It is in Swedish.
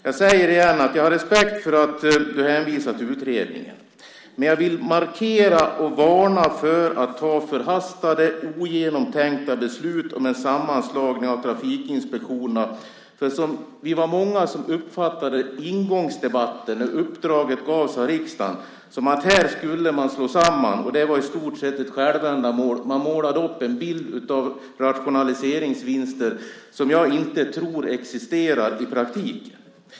Jag säger igen att jag har respekt för att du hänvisar till utredningen, men jag vill göra en markering och varna för att ta förhastade, ogenomtänkta beslut om en sammanslagning av trafikinspektionerna. Vi var många som uppfattade ingångsdebatten, då uppdraget gavs av riksdagen, som att här skulle man slå samman, och det var i stort sett ett självändamål. Man målade upp en bild av rationaliseringsvinster som jag inte tror existerar i praktiken.